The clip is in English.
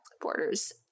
Borders